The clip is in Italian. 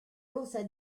rosa